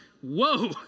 whoa